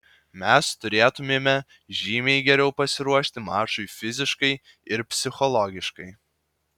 mes turėtumėme žymiai geriau pasiruošti mačui fiziškai ir psichologiškai